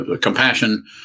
Compassion